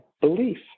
belief